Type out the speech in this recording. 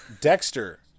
Dexter